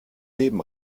leben